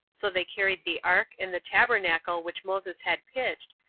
so they carried the ark and the tabernacle which moses had pitched,